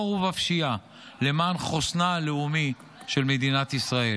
ובפשיעה למען חוסנה הלאומי של מדינת ישראל?